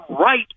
right